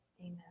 amen